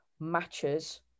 matches